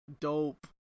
dope